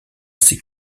ses